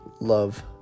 love